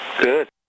Good